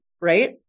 right